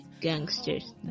gangsters